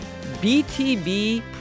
BTB